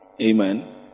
Amen